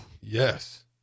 yes